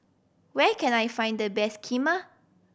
where can I find the best Kheema